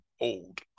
old